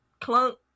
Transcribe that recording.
clunk